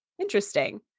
interesting